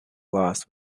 loss